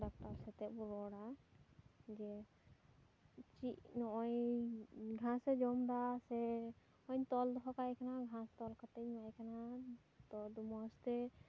doctor ᱥᱟᱛᱮᱫ ᱵᱚ ᱨᱚᱲᱟ ᱡᱮ ᱪᱮᱫ ᱱᱚᱜᱼᱚᱭ ᱜᱷᱟᱥᱮ ᱡᱚᱢ ᱮᱫᱟ ᱥᱮ ᱱᱚᱜᱼᱚᱭ ᱛᱚᱞ ᱫᱚᱦᱚ ᱠᱟᱭ ᱠᱟᱱᱟ ᱜᱷᱟᱥ ᱛᱚᱞ ᱠᱟᱛᱮᱧ ᱮᱢᱟᱭ ᱠᱟᱱᱟ ᱛᱚ ᱟᱹᱰᱤ ᱢᱚᱡᱽ ᱛᱮ